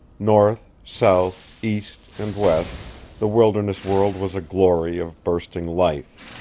north, south, east and west the wilderness world was a glory of bursting life,